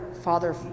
Father